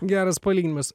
geras palyginimas